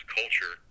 culture